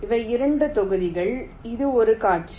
இவை 2 தொகுதிகள் இது ஒரு காட்சி